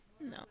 No